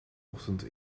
ochtend